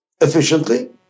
efficiently